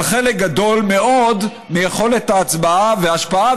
אבל חלק גדול מאוד ביכולת ההצבעה וההשפעה,